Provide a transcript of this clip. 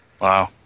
Wow